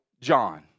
John